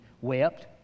wept